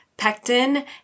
Pectin